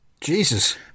jesus